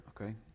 Okay